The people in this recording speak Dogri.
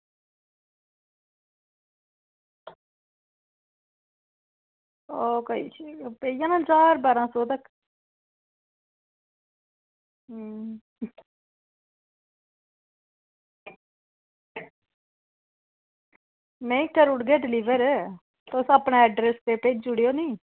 ओह् कोई नी पेई जाना ज्हार बारां सौ तगर हूं नेईं करी ओड़गे डिलीवर तुस अपना अड्रैस भेजी ओड़ेओ नी